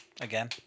Again